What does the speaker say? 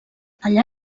allà